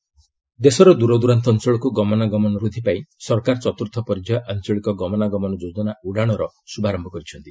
ଉଡ଼ାଣ remote areas ଦେଶର ଦୂରଦୂରାନ୍ତ ଅଞ୍ଚଳକୁ ଗମନାଗମନର ବୃଦ୍ଧି ପାଇଁ ସରକାର ଚତୁର୍ଥ ପର୍ଯ୍ୟାୟ ଆଞ୍ଚଳିକ ଗମନାଗମନ ଯୋଜନା ଉଡ଼ାଶର ଶୁଭାରମ୍ଭ କରିଛନ୍ତି